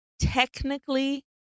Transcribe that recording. technically